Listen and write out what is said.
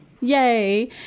Yay